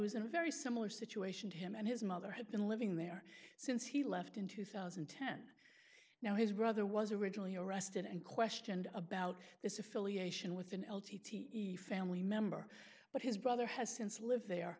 a very similar situation to him and his mother had been living there since he left in two thousand and ten now his brother was originally arrested and questioned about this affiliation with an l t e family member but his brother has since lived there